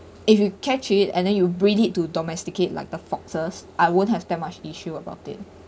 if you catch it and then you breed it to domesticate like the foxes I won't have that much issue about it